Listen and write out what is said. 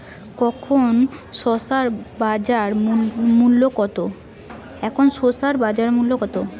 এখন শসার বাজার মূল্য কত?